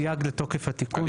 סייג לתוקף התיקון,